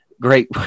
great